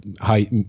high